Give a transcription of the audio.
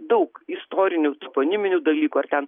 daug istorinių toponiminių dalykų ar ten